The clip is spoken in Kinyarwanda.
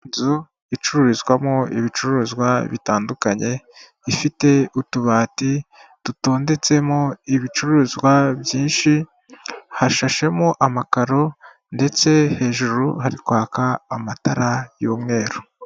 Inzu icururizwamo ibicuruzwa bitandukanye ifite utubati dutondetsemo ibicuruzwa byinshi hashashemo amakaro ndetse hejuru hari kwaka amatara y'umweru.